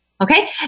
Okay